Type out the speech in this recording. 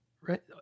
right